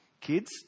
Kids